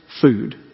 food